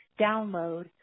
download